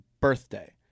birthday